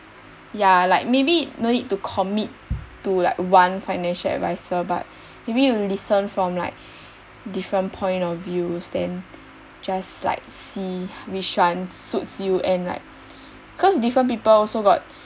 ya like maybe no need to commit to like one financial adviser but maybe you listen from like different point of views then just like see which ones suits you and like cause different people also got